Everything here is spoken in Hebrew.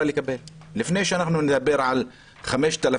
לפני שאנחנו נדבר על סכומים.